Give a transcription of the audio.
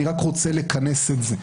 אני רק רוצה לכנס את זה: